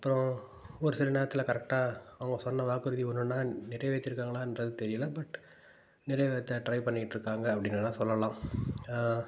அப்புறம் ஒரு சில நேரத்தில் கரெக்டாக அவங்க சொன்ன வாக்குறுதி ஒன்றொன்னா நிறைவேற்றிருக்காங்களான்றது தெரியலை பட் நிறைவேற்ற ட்ரை பண்ணிக்கிட்டு இருக்காங்க அப்படின்னு வேணால் சொல்லலாம்